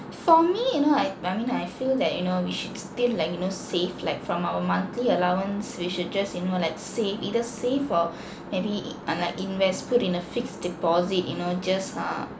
for me you know I I mean I feel that you know we should still like you know save like from our monthly allowance we should just you know like save either save or maybe uh like invest put in a fixed deposit you know just uh